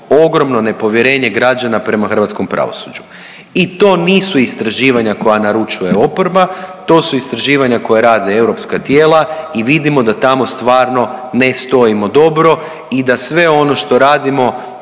ogromno nepovjerenje građana prema hrvatskom pravosuđu i to nisu istraživanja koja naručuje oporba, to su istraživanja koja rade europska tijela i vidimo da tamo stvarno ne stojimo dobro i da sve ono što radimo